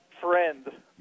friend